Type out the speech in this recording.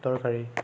দৰকাৰী